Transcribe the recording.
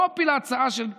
קופי של ההצעה של מיכל,